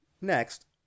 next